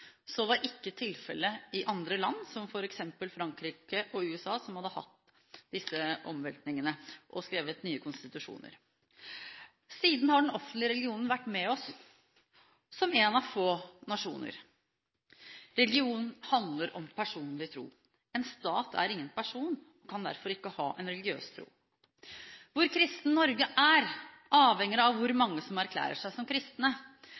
Så var ikke tilfellet i andre land, som f.eks. Frankrike og USA, som hadde hatt disse omveltningene og skrevet nye konstitusjoner. Siden har den offentlige religionen vært med oss – som en av få nasjoner. Religion handler om personlig tro. En stat er ingen person og kan derfor ikke ha en religiøs tro. Hvor kristent Norge er, avhenger av hvor mange som erklærer seg som kristne.